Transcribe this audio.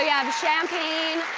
ah yeah have champagne,